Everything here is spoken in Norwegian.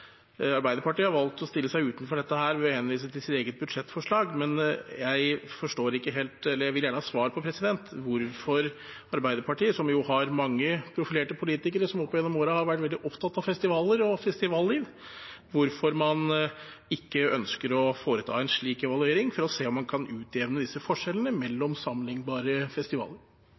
Arbeiderpartiet har valgt å stille seg utenfor dette ved å henvise til sitt eget budsjettforslag, men jeg vil gjerne ha svar på hvorfor Arbeiderpartiet, som har mange profilerte politikere som opp igjennom årene har vært veldig opptatt av festivaler og festivalliv, ikke ønsker å foreta en slik evaluering for å se om man kan utjevne disse forskjellene mellom sammenlignbare festivaler.